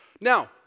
Now